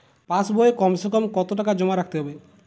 পাশ বইয়ে কমসেকম কত টাকা জমা রাখতে হবে?